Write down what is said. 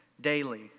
Daily